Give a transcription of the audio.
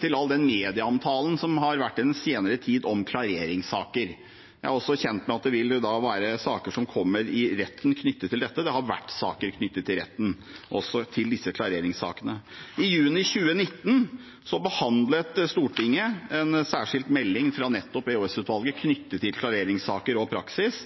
til all den medieomtalen som har vært i den senere tid om klareringssaker. Jeg er også kjent med at det vil være saker som kommer i retten knyttet til dette, og det har også vært saker i retten knyttet til disse klareringssakene. I juni 2019 behandlet Stortinget en særskilt melding fra nettopp EOS-utvalget om klareringssaker og praksis,